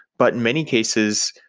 but in many cases,